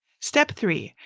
step three,